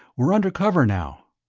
we're under cover now.